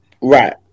Right